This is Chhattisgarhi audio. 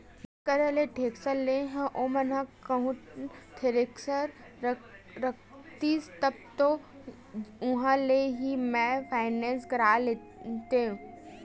जेखर करा ले टेक्टर लेय हव ओमन ह कहूँ थेरेसर रखतिस तब तो उहाँ ले ही मैय फायनेंस करा लेतेव